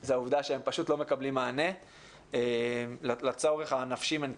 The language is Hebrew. זה העובדה שהם פשוט לא מקבלים מענה לצורך הנפשי-מנטלי